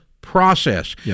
process